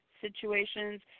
situations